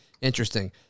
Interesting